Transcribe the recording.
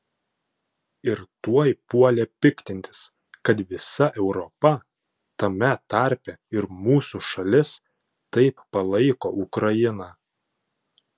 ir tuoj puolė piktintis kad visa europa tame tarpe ir mūsų šalis taip palaiko ukrainą